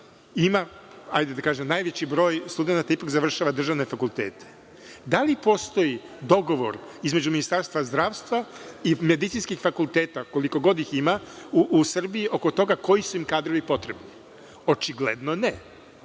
ima da kažem, najveći broj studenata ipak završava državne fakultete, da li postoji dogovor između Ministarstva zdravstva i medicinskih fakulteta, koliko god ih ima u Srbiji, oko toga koji su im kadrovi potrebni? Očigledno ne.